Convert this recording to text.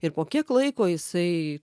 ir po kiek laiko jisai